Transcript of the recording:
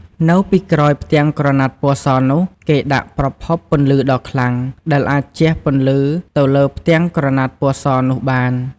នៅពីក្រោយផ្ទាំងក្រណាត់ពណ៌សនោះ គេដាក់ប្រភពពន្លឺដ៏ខ្លាំង ដែលអាចជះពន្លឺទៅលើផ្ទាំងក្រណាត់ពណ៌សនោះបាន។